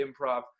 improv